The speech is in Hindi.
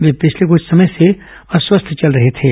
वे पिछले कुछ समय से अस्वस्थ चल रहे थे